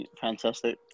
fantastic